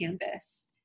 canvas